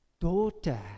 daughter